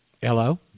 Hello